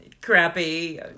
crappy